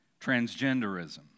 transgenderism